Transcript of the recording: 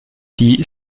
die